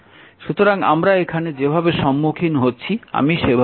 সুতরাং আমরা এখানে যেভাবে সম্মুখীন হচ্ছি আমি সেভাবেই লিখছি